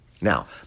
Now